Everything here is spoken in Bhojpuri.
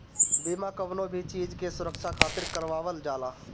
बीमा कवनो भी चीज के सुरक्षा खातिर करवावल जाला